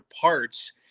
parts